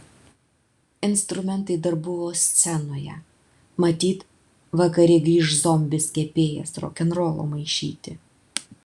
instrumentai dar buvo scenoje matyt vakare grįš zombis kepėjas rokenrolo maišyti